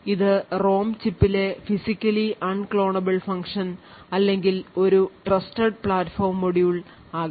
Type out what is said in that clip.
ഇത് ROM ചിപ്പിലെ Physically Unclonable Function അല്ലെങ്കിൽ ഒരു trusted platform മൊഡ്യൂൾ ആകാം